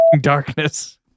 Darkness